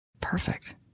Perfect